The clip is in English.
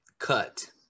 cut